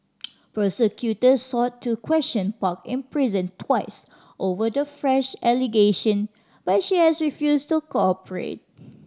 prosecutors sought to question Park in prison twice over the fresh allegation but she has refused to cooperate